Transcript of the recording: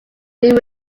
knew